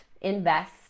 invest